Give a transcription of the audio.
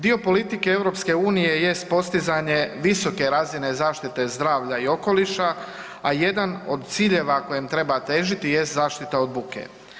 Dio politike EU jest postizanje visoke razine zaštite zdravlja i okoliša, a jedan od ciljeva kojem treba težiti jest zaštita od buke.